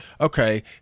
okay